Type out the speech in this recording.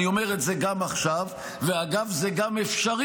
אני אומר את זה גם עכשיו, ואגב, זה גם אפשרי.